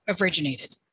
originated